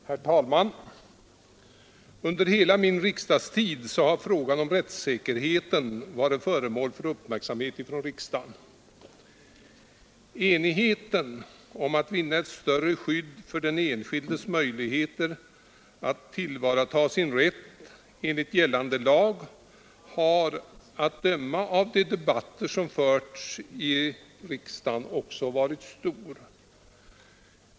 Herr talman! Under hela min riksdagstid har frågan om rättssäkerheten varit föremål för uppmärksamhet från riksdagen. Enigheten om att ge den enskilde möjligheter att bättre tillvarata sin rätt enligt gällande lag har, att döma av de debatter som förts i riksdagen, också varit stor.